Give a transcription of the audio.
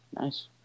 Nice